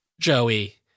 Joey